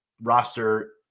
roster